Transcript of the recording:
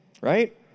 right